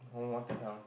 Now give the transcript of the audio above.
oh what the hell